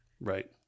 right